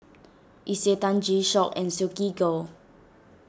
Isetan G Shock and Silkygirl